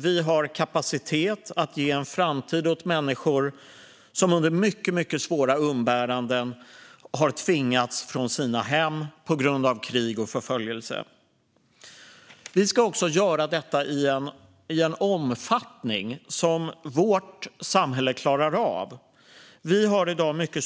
Vi har kapacitet att ge en framtid åt människor som under mycket svåra umbäranden har tvingats från sina hem på grund av krig och förföljelse. Detta ska vi göra i en omfattning som vårt samhälle klarar av. I stora delar av Sverige finns i dag mycket